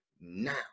now